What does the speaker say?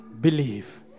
believe